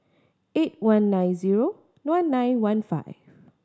eight one nine zero one nine one five